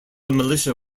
militia